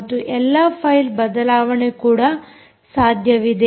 ಮತ್ತು ಎಲ್ಲಾ ಫೈಲ್ ಬದಲಾವಣೆ ಕೂಡ ಸಾಧ್ಯವಿದೆ